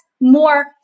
more